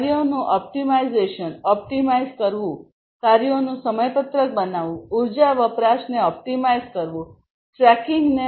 કાર્યોનું optimisation optimise કરવું કાર્યોનું સમયપત્રક બનાવવું ઉર્જાના વપરાશને ઓપ્ટિમાઇઝ કરવું ટ્રેકિંગને